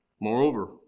Moreover